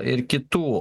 ir kitų